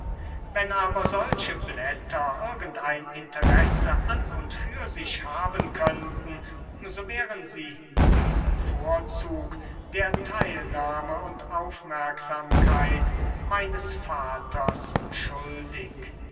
wenn aber solche blätter irgend ein interesse an und für sich haben könnten so wären sie diesen vorzug der teilnahme und aufmerksamkeit meines vaters schuldig